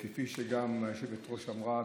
כפי שגם היושבת-ראש אמרה,